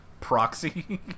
Proxy